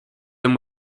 them